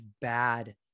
bad